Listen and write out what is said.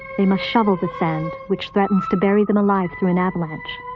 they must shovel the sand which threatens to bury them alive through an avalanche.